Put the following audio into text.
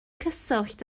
cyswllt